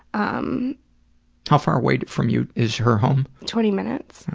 um how far away from you is her home? twenty minutes,